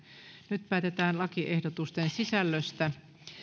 nyt päätetään lakiehdotusten sisällöstä